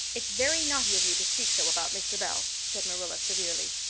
it's very naughty of you to speak so about mr. bell, said marilla severely.